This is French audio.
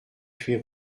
huit